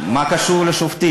מה זה קשור לשופטים?